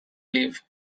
leave